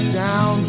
down